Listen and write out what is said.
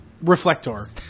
Reflector